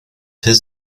his